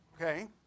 okay